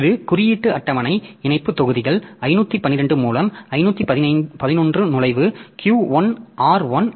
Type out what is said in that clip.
இது குறியீட்டு அட்டவணை இணைப்பு தொகுதிகள் 512 மூலம் 511 நுழைவு Q 1 R 1